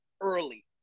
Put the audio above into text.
early